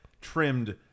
trimmed